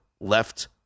left